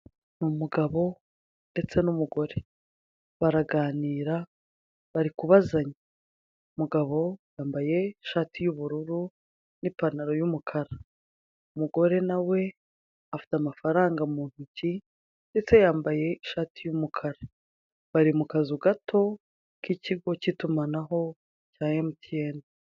Umugabo ndetse n'umugore baraganira barikubazanya. Umugabo yambaye ishati y'ubururu n'ipantaro y'umukara. Umugore na we afite amafaranga mu ntoki ndetse yambaye ishati y'umukara. Bari mu kazu gato k'ikigo cy'itumanaho cya Emutiyene.